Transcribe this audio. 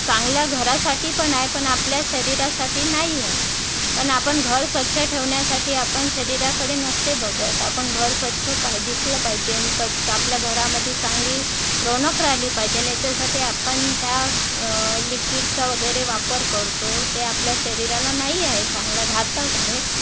चांगल्या घरासाठी पण आहे पण आपल्या शरीरासाठी नाही आहे पण आपण घर स्वच्छ ठेवण्यासाठी आपण शरीराकडे नसते बघत आपण घर स्वच्छ पाय दिसलं पाहिजेन क आपल्या घरामध्ये चांगली रौनक राहिली पाहिजेन याच्यासाठी आपण त्या लिक्विडचा वगैरे वापर करतो ते आपल्या शरीराला नाही आहे चांगला घातक आहे